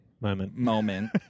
moment